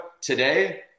today